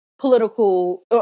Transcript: political